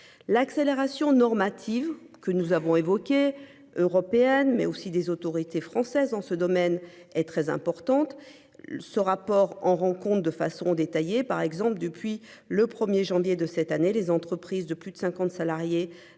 L'accélération normative que nous avons évoqués européenne mais aussi des autorités françaises en ce domaine est très importante. Le ce rapport en rencontre de façon détaillée par exemple depuis le 1er janvier de cette année, les entreprises de plus de 50 salariés